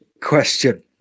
question